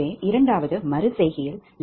எனவே இரண்டாவது மறு செய்கையில் ʎ2118